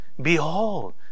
behold